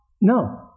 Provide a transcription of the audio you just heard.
No